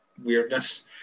Weirdness